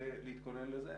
ולהתכונן לזה.